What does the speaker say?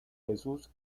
jesús